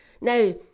Now